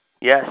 Yes